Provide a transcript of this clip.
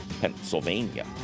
Pennsylvania